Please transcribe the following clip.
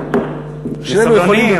חבר הכנסת גפני, תהיה סבלני.